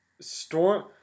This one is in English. Storm